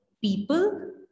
people